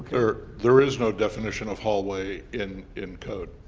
there is no definition of hallway in in code.